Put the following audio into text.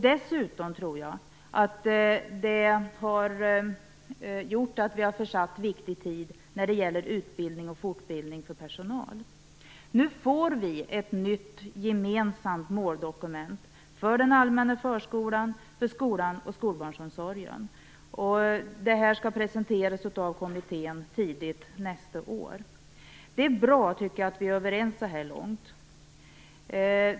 Dessutom tror jag att det har gjort att vi har försatt viktig tid när det gäller utbildning och fortbildning av personal. Nu får vi ett nytt gemensamt måldokument för den allmänna förskolan, skolan och skolbarnomsorgen. Det skall presenteras av kommittén tidigt nästa år. Det är bra att vi så här långt är överens.